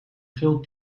geel